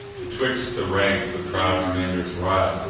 betwixt the ranks the proud commanders ride,